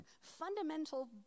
fundamental